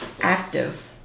active